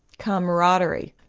camaraderie,